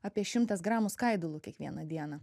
apie šimtas gramų skaidulų kiekvieną dieną